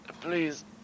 Please